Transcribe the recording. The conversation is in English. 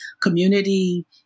community